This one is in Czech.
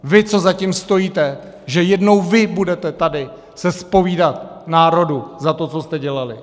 Vy, co za tím stojíte, že jednou vy budete tady se zpovídat národu za to, co jste dělali?